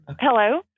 Hello